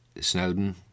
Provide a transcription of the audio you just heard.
Snowden